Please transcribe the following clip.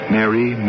Mary